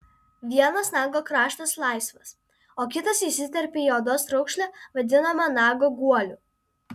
vienas nago kraštas laisvas o kitas įsiterpia į odos raukšlę vadinamą nago guoliu